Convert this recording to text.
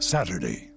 Saturday